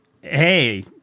hey